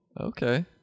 Okay